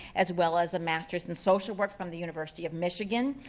as well as a master's in social work from the university of michigan,